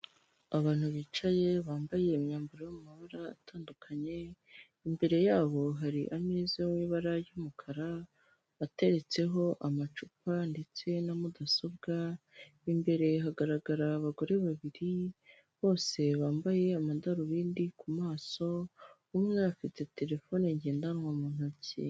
Abantu bicaye bambaye imyambaro yo mu mabara atandukanye, imbere yabo hari ameza yo mu ibara ry'umukara, ateretseho amacupa ndetse na mudasobwa, imbere hagaragara abagore babiri, bose bambaye amadarubindi ku maso, umwe afite terefone ngendanwa mu ntoki.